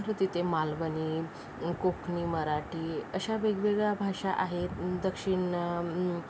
तर तिथं मालवणी कोकणी मराठी अश्या वेगवेगळ्या भाषा आहेत दक्षिण